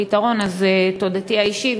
הארכת הפיילוט בנקודת הזמן הזו משרתת את מדינת ישראל,